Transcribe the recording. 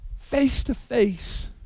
Face-to-face